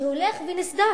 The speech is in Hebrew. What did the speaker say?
שהולך ונסדק.